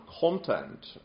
content